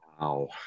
Wow